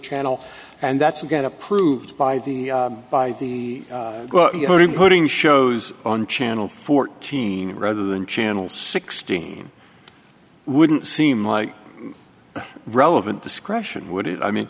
channel and that's again approved by the by the voting putting shows on channel fourteen rather than channel sixteen wouldn't seem like relevant discretion would it i mean